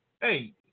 hey